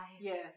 Yes